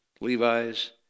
Levi's